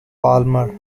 palmer